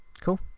cool